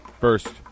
First